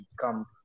come